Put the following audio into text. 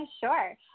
sure